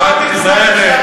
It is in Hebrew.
לא תצטרך,